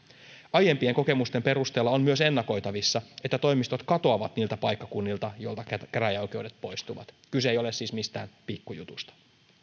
aiempien kokemusten perusteella on myös ennakoitavissa että toimistot katoavat niiltä paikkakunnilta joilta käräjäoikeudet poistuvat kyse ei ole siis mistään pikkujutusta